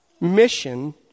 mission